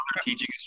Teaching